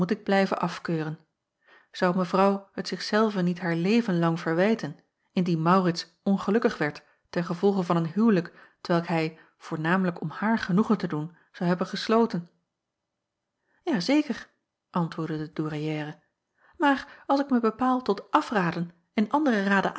blijven afkeuren zou mevrouw t zich zelve niet haar leven lang verwijten indien maurits ongelukkig werd ten gevolge van een huwelijk t welk hij voornamelijk om haar genoegen te doen zou hebben gesloten ja zeker antwoordde de douairière maar als ik mij bepaal tot afraden en anderen raden